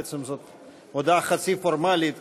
בעצם זאת הודעה חצי פורמלית,